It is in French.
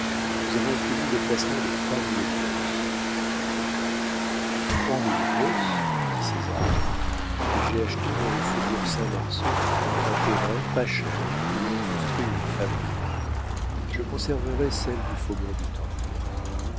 nous avons obtenu le placement de trois mille grosses trois mille grosses dit césar et j'ai acheté dans le faubourg saint-marceau un terrain pas cher où l'on construit une fabrique je conserverai celle du faubourg du temple